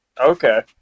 Okay